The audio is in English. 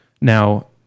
Now